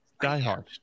diehard